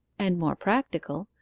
and more practical,